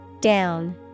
Down